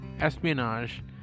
espionage